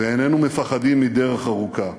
ואיננו מפחדים מדרך ארוכה.